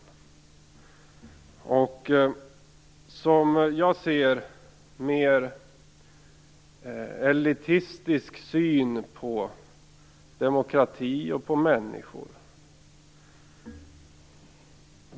Det är, som jag ser det, en mer elitistisk syn på demokrati och på människor.